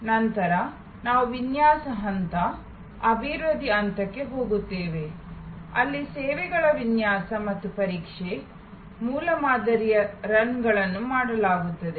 ನಂತರ ನಾವು ವಿನ್ಯಾಸ ಹಂತ ಅಭಿವೃದ್ಧಿ ಹಂತಕ್ಕೆ ಹೋಗುತ್ತೇವೆ ಅಲ್ಲಿ ಸೇವೆಗಳ ವಿನ್ಯಾಸ ಮತ್ತು ಪರೀಕ್ಷೆ ಮೂಲಮಾದರಿಯ ರನ್ಗಳನ್ನು ಮಾಡಲಾಗುತ್ತದೆ